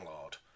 Lord